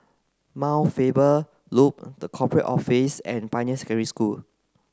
Mount Faber Loop The Corporate Office and Pioneer School